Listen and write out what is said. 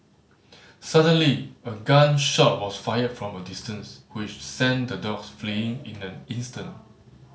suddenly a gun shot was fired from a distance which sent the dogs fleeing in an instant